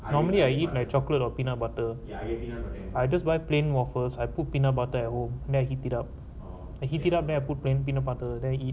normally I eat my chocolate or peanut butter yeah maybe I just buy plain waffles I put peanut butter at home then heated up and he did not bear put plain peanut butter then eat